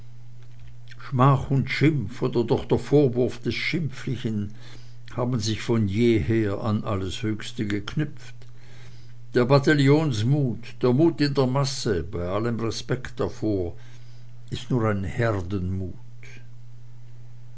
schmach und schimpf oder doch der vorwurf des schimpflichen haben sich von jeher an alles höchste geknüpft der bataillonsmut der mut in der masse bei allem respekt davor ist nur ein herdenmut